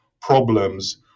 problems